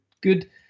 good